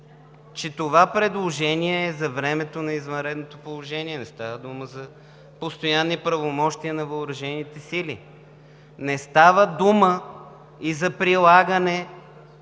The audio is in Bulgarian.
че това предложение е за времето на извънредното положение, не става дума за постоянни правомощия на въоръжените сили. Не става дума и за прилагане